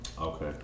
Okay